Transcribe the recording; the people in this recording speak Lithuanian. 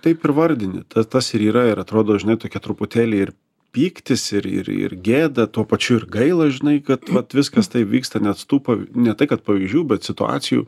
taip ir vardini ta tas ir yra ir atrodo žinia tokia truputėlį ir pyktis ir ir ir gėda tuo pačiu ir gaila žinai kad vat viskas taip vyksta nes tų pav ne tai kad pavyzdžių bet situacijų